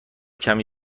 کمی